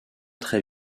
très